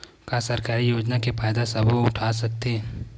का सरकारी योजना के फ़ायदा सबो उठा सकथे?